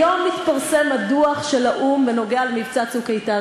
היום התפרסם הדוח של האו"ם בנוגע למבצע "צוק איתן".